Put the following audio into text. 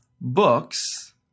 books